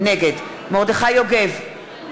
נגד מרדכי יוגב,